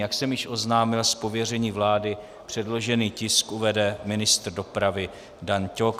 Jak jsem již oznámil, z pověření vlády předložený tisk uvede ministr dopravy Dan Ťok.